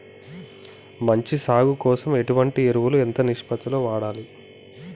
మంచి సాగు కోసం ఎటువంటి ఎరువులు ఎంత నిష్పత్తి లో వాడాలి?